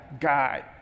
God